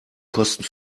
kosten